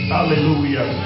Hallelujah